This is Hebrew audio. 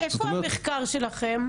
איפה המחקר שלכם?